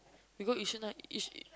we go Yishun ah Yish~